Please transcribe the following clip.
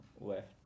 left